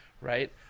right